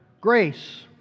grace